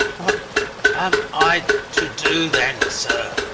what am i to do then, sir?